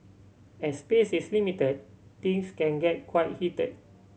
as space is limited things can get quite heated